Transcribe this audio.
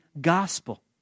gospel